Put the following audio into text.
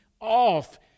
off